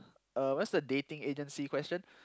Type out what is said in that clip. uh where's the dating agency question